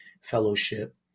fellowship